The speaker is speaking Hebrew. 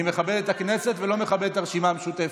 אני מכבד את הכנסת ולא מכבד את הרשימה המשותפת.